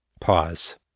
Pause